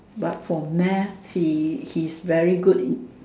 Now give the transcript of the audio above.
but for math he he is very good in